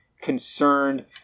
concerned